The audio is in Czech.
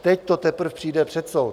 Teď to teprve přijde před soud.